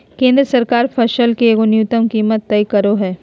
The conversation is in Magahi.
केंद्र सरकार फसल के एगो न्यूनतम कीमत तय करो हइ